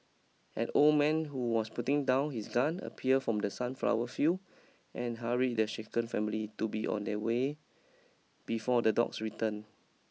an old man who was putting down his gun appear from the sunflower field and hurry the shaken family to be on their way before the dogs return